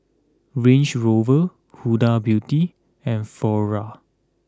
Range Rover Huda Beauty and Flora